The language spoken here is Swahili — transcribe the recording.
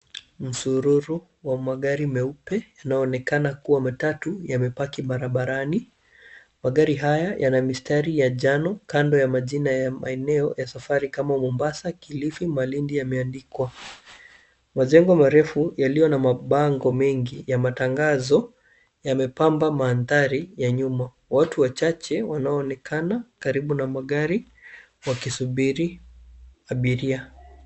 Msururu wa magari meupe, yanaonekana kuwa matatu, yamepaki barabarani. Magari haya yana mistari ya njano kando ya majina ya maeneo ya safari kama Mombasa, Kilifi, Malindi yameandikwa. Majengo marefu yaliyo na mabango mengi ya matangazo, yamepamba mandhari ya nyuma. Watu wachache wanaonekana karibu na magari wakisubiri abiria.